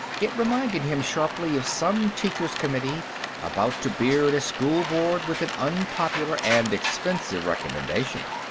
it reminded him sharply of some teachers' committee about to beard a school-board with an unpopular and expensive recommendation.